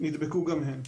נדבקו גם הן.